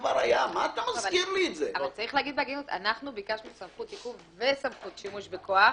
צריך להגיד בהגינות שאנחנו ביקשנו סמכות עיכוב וסמכות שימוש בכוח.